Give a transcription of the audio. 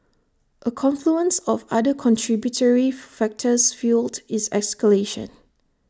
A confluence of other contributory factors fuelled its escalation